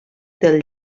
del